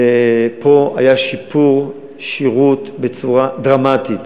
פה היה שיפור שירות בצורה דרמטית.